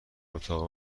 اتاق